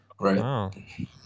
Right